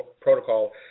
protocol